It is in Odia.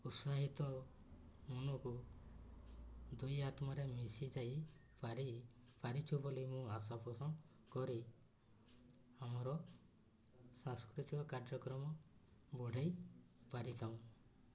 ଉତ୍ସାହିତ ମନକୁ ଦୁଇ ଆତ୍ମରେ ମିଶିଯାଇ ପାରି ପାରିଛୁ ବୋଲି ମୁଁ ଆଶା ପୋଷଣ କରି ଆମର ସାଂସ୍କୃତିକ କାର୍ଯ୍ୟକ୍ରମ ବଢେଇ ପାରିଥାଉ